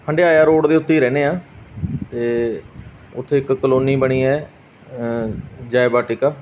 Handiaya road ਦੇ ਉੱਤੇ ਹੀ ਰਹਿੰਦੇ ਹਾਂ ਅਤੇ ਉੱਥੇ ਇੱਕ ਕਲੋਨੀ ਬਣੀ ਹੈ ਜੈ ਬਾਟਿਕਾ